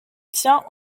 tient